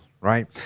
right